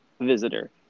visitor